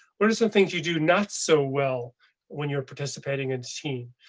what are some things you do not so well when you're participating in team?